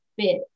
fit